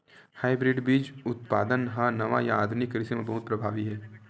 hybrid बीज उत्पादन हा नवा या आधुनिक कृषि मा बहुत प्रभावी हे